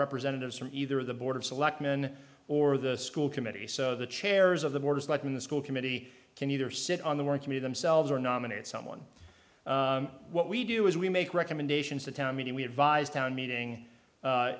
representatives from either the board of selectmen or the school committee so the chairs of the boards like in the school committee can either sit on the work for me themselves or nominate someone what we do is we make recommendations the town meeting we had vies town meeting